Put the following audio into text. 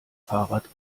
fahrrad